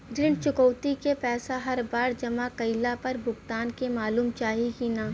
ऋण चुकौती के पैसा हर बार जमा कईला पर भुगतान के मालूम चाही की ना?